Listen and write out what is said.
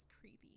creepy